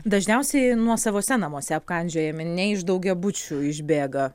dažniausiai nuosavuose namuose apkandžiojami ne iš daugiabučių išbėga